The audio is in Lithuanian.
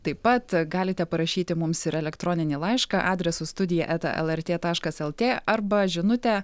taip pat galite parašyti mums ir elektroninį laišką adresu studija eta lrt taškas lt arba žinutę